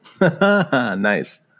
Nice